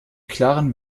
klaren